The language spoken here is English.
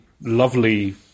lovely